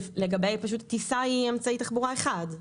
פשוט טיסה היא אמצעי תחבורה אחד,